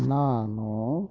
ನಾನು